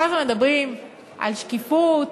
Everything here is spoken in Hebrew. כל הזמן מדברים על שקיפות